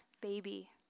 Baby